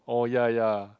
oh ya ya